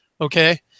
okay